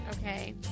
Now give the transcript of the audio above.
Okay